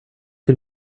can